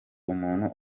umuntu